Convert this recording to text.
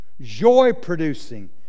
joy-producing